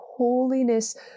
holiness